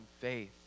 faith